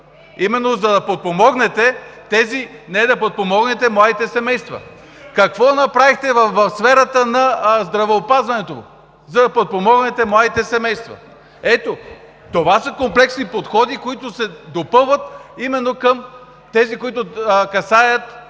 сферата на образованието, за да подпомогнете младите семейства? (Реплики от ГЕРБ.) Какво направихте в сферата на здравеопазването, за да подпомогнете младите семейства? Ето, това са комплексни подходи, които се допълват именно към тези, които касаят